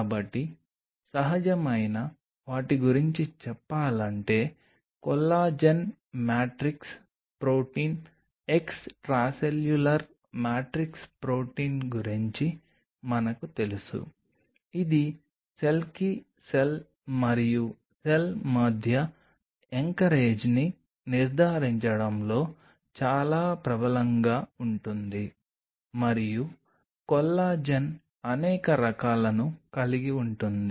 కాబట్టి సహజమైన వాటి గురించి చెప్పాలంటే collagen matrix protein extracellular matrix protein గురించి మనకు తెలుసు ఇది సెల్కి సెల్ మరియు సెల్ మధ్య ఎంకరేజ్ని నిర్ధారించడంలో చాలా ప్రబలంగా ఉంటుంది మరియు కొల్లాజెన్ అనేక రకాలను కలిగి ఉంటుంది